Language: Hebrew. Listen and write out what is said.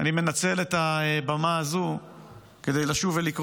אני מנצל את הבמה הזו כדי לשוב ולקרוא